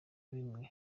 bimwe